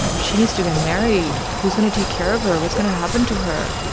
she needs to get married. who's going to take care of her? what's going to happen to her?